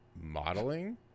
modeling